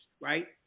right